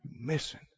Missing